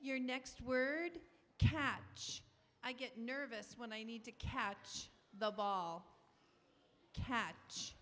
your next word catch i get nervous when i need to catch the ball cat